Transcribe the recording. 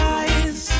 eyes